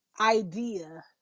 idea